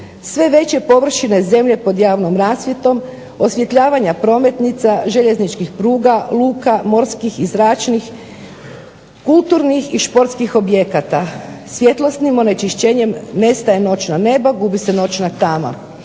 sve veće površine zemlje pod javnom rasvjetom, osvjetljavanja prometnica, željezničkih pruga, luka, morskih i zračnih, kulturnih i športskih objekata. Svjetlosnim onečišćenjem nestaje noćna neba, gubi se noćna tama.